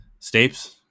Stapes